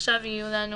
עכשיו יהיו לנו